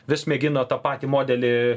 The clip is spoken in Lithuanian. vis mėgino tą patį modelį